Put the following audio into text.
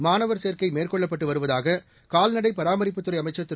மாணவர் சேர்க்கை மேற்கொள்ளப்பட்டு வருவதாக கால்நடை பராமரிப்புத்துறை அமைச்சர் திரு